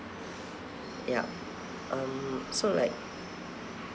ya um so like